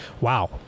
wow